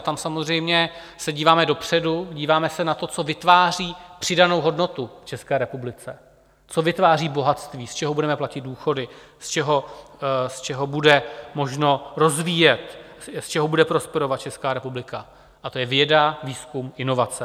Tam samozřejmě se díváme dopředu, díváme se na to, co vytváří přidanou hodnotu České republice, co vytváří bohatství, z čeho budeme platit důchody, z čeho bude možno rozvíjet, z čeho bude prosperovat Česká republika, a to je věda, výzkum, inovace.